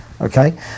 okay